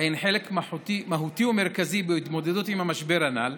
שיש להן חלק מהותי ומרכזי בהתמודדות עם המשבר הנ"ל,